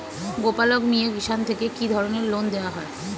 গোপালক মিয়ে কিষান থেকে কি ধরনের লোন দেওয়া হয়?